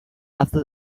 after